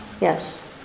Yes